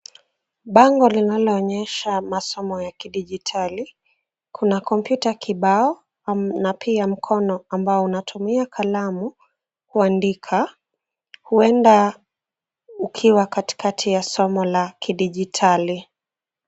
Bango linaloonyesha masomo ya kidijitali, kuna kompyuta kibao na pia mkono ambao unatumia kalamu kuandika, huenda ukiwa katikati ya somo la kidijitali.